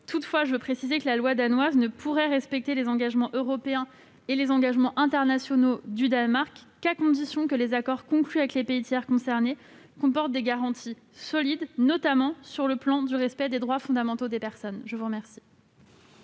Toutefois, je précise que la loi danoise ne pourrait respecter les engagements européens et internationaux du Danemark qu'à condition que les accords conclus avec les pays tiers concernés comportent des garanties solides, notamment sur le plan du respect des droits fondamentaux des personnes. La parole